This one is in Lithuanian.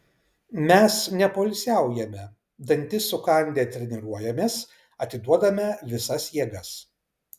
mes nepoilsiaujame dantis sukandę treniruojamės atiduodame visas jėgas